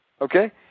okay